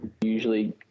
Usually